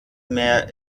mehr